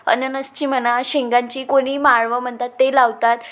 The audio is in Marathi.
अननसची म्हणा शेंगांची कोणी माळवं म्हणतात ते लावतात